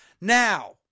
Now